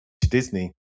Disney